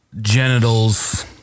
genitals